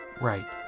Right